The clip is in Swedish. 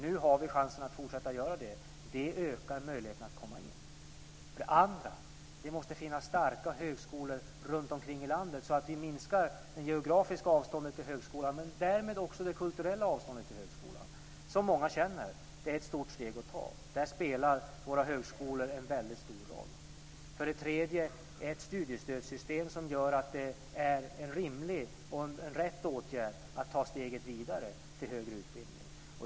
Nu har vi chansen att fortsätta att bygga ut. Detta ökar möjligheterna att komma in. För det andra måste det finnas starka högskolor runtom i landet så att vi minskar det geografiska avståndet till högskolan, och därmed också det kulturella avstånd till högskolan som många känner. Det är ett stort steg att ta och där spelar våra högskolor en väldigt stor roll. För det tredje handlar det om ett studiestödssystem som gör att det är en rimlig och en riktig åtgärd att ta steget vidare mot högre utbildning.